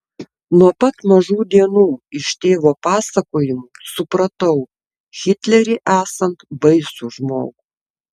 nuo pat mažų dienų iš tėvo pasakojimų supratau hitlerį esant baisų žmogų